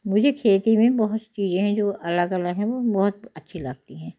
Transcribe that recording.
मुझे खेती में बहुत से चीज़े हैं जो अलग अलग हैं वो बहुत अच्छी लगती हैं